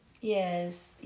Yes